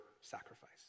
sacrifice